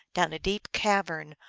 down a deep cavern,